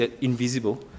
invisible